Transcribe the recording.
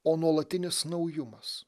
o nuolatinis naujumas